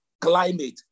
climate